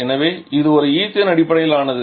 எனவே இது ஒரு ஈத்தேன் அடிப்படையிலானது